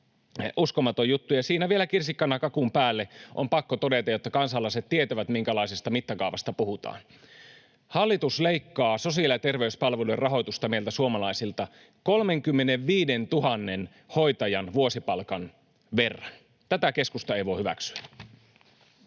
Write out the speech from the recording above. uskomaton juttu. Vielä kirsikkana kakun päälle on pakko todeta, jotta kansalaiset tietävät, minkälaisesta mittakaavasta puhutaan, että hallitus leikkaa sosiaali- ja terveyspalveluiden rahoitusta meiltä suomalaisilta 35 000 hoitajan vuosipalkan verran. Tätä keskusta ei voi hyväksyä.